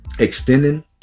Extending